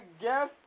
guess